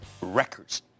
records